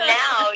now